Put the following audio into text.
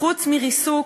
חוץ מריסוק,